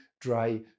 dry